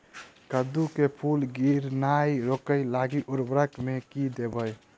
कद्दू मे फूल गिरनाय रोकय लागि उर्वरक मे की देबै?